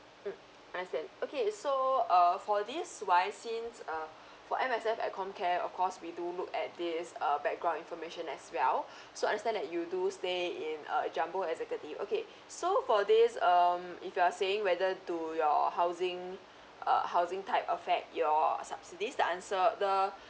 mm understand okay so uh for this wise since uh for M_S_F at comcare of course we do look at this err background information as well so understand that you do stay in a jumbo executive okay so for this um if you are saying whether do your housing err housing type affect your subsidies the answer the